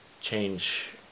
change